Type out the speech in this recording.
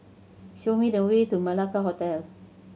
show me the way to Malacca Hotel